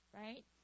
right